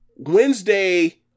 Wednesday